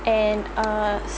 and err